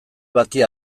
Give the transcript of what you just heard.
bati